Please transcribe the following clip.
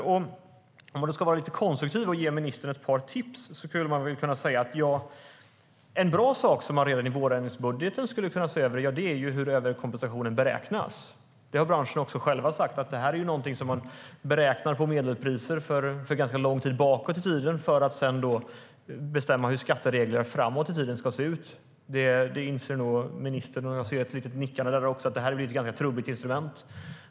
Om jag ska vara lite konstruktiv och ge ministern ett par tips skulle jag kunna säga att en bra sak som man skulle kunna se över redan i vårändringsbudgeten är hur kompensationen beräknas. Branschen har själv sagt att det är någonting som man beräknar på medelpriser ganska långt bakåt i tiden för att sedan bestämma hur skatteregler framåt i tiden ska se ut. Det inser nog ministern - och jag ser ett litet nickande där - är ett ganska trubbigt instrument.